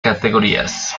categorías